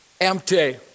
empty